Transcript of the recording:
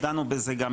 דנו בזה גם,